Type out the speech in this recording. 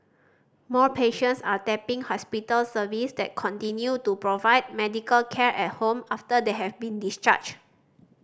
more patients are tapping hospital service that continue to provide medical care at home after they have been discharged